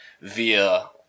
via